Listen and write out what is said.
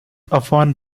often